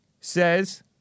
says